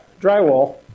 drywall